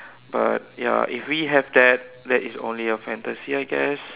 but ya if we have that that is only a fantasy I guess